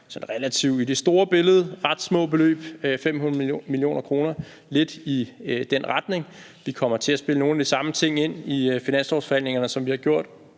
de her i det store billede sådan relativt små beløb, 500 mio. kr., lidt i den retning. Vi kommer til at spille nogle af de samme ting ind i finanslovsforhandlingerne, som vi har gjort